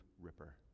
ripper